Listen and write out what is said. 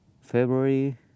February